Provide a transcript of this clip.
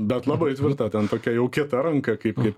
bet labai tvirta ten tokia jau kieta ranka kaip kaip